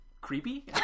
Creepy